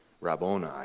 Rabboni